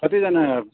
कतिजना